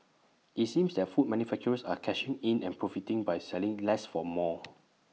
IT seems that food manufacturers are cashing in and profiting by selling less for more